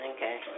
Okay